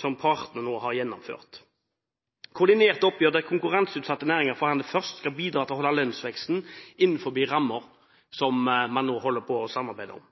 som partene nå har gjennomført. Koordinert oppgjør der konkurranseutsatte næringer får forhandle først, skal bidra til å holde lønnsveksten innenfor rammer som man nå holder på å samarbeide om.